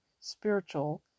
spiritual